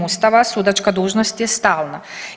Ustava sudačka dužnost je stalna.